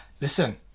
listen